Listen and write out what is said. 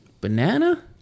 Banana